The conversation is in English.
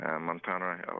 Montana